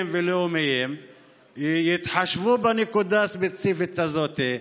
ולאומיים יתחשבו בנקודה הספציפית הזאת.